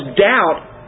doubt